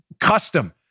custom